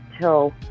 till